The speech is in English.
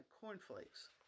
cornflakes